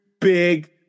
Big